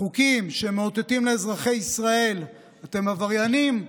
חוקים שמאותתים לאזרחי ישראל: אתם עבריינים?